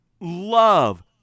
love